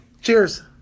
Cheers